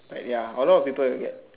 like ya a lot of people will be like